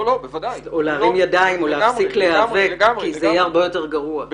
להרים ידיים או להפסיק להיאבק כי זה יהיה הרבה יותר גרוע.